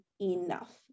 enough